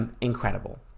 incredible